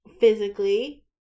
physically